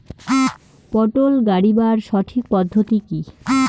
পটল গারিবার সঠিক পদ্ধতি কি?